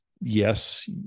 yes